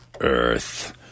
Earth